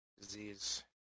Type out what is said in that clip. disease